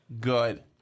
good